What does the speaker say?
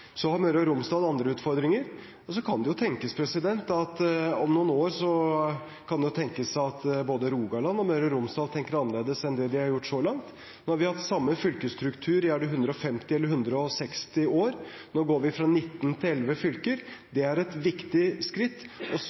så langt. Vi har hatt samme fylkesstruktur i 150 eller 160 år. Nå går vi fra 19 til 11 fylker. Det er et viktig skritt, og